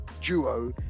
duo